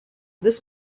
this